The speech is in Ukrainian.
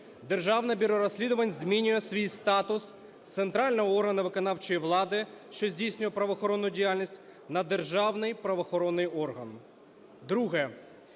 Державне бюро розслідувань змінює свій статус з центрального органу виконавчої влади, що здійснює правоохоронну діяльність, на державний правоохоронний орган.